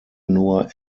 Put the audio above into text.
nur